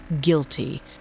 guilty